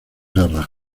garras